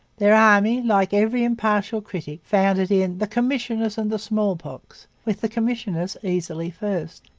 their army, like every impartial critic, found it in the commissioners and the smallpox' with the commissioners easily first.